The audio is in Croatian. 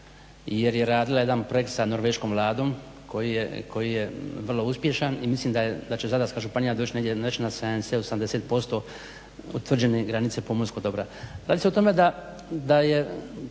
jer je radila jedan projekt sa Norveškom Vladom koji je vrlo uspješan i mislim da će Zadarska županija doć negdje na 70, 80% utvrđene granice pomorskog dobra. Radi se o tome da je